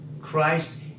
Christ